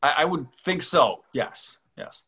in i would think so yes yes